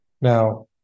Now